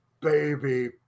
baby